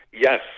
Yes